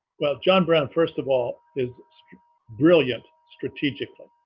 well, john brown. first of all is brilliant strategically,